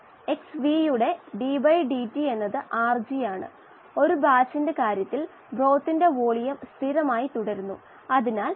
നമ്മൾ ഇതെല്ലാം ചെയ്തത് ഓക്സിജനെ സംബന്ധിച്ച ഒരു ബാലൻസ് എഴുതാനാണ് വായു കുമിളയിൽ നിന്ന് ദ്രാവകത്തിലേക്ക് ഓക്സിജൻ വിതരണം ചെയ്യുന്ന സമവാക്യം